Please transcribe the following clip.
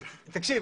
תקשיב,